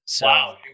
Wow